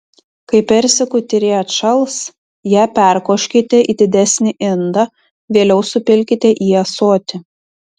kai persikų tyrė atšals ją perkoškite į didesnį indą vėliau supilkite į ąsotį